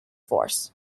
force